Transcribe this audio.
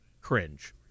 cringe